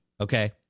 Okay